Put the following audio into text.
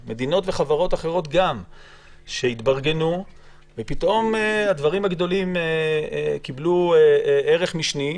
גם מדינות וחברות אחרות התברגנו ופתאום הדברים הגדולים קיבלו ערך משני.